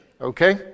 okay